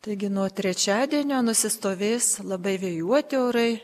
taigi nuo trečiadienio nusistovės labai vėjuoti orai